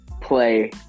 play